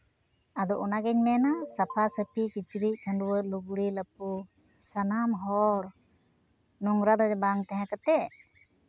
ᱟᱫᱚ ᱚᱱᱟᱜᱤᱧ ᱢᱮᱱᱟ ᱥᱟᱯᱷᱟ ᱥᱟᱯᱷᱤ ᱠᱤᱪᱨᱤᱡᱽ ᱠᱷᱟᱹᱰᱩᱣᱟᱹᱜ ᱞᱩᱜᱽᱲᱤ ᱞᱟᱯᱚ ᱥᱟᱱᱟᱢ ᱦᱚᱲ ᱱᱳᱝᱨᱟ ᱫᱚ ᱵᱟᱝ ᱛᱟᱦᱮᱸ ᱠᱟᱛᱮᱫ